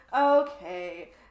Okay